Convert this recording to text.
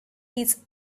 his